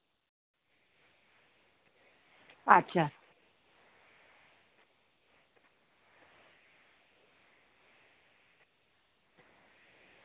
ᱟᱪᱪᱷᱟ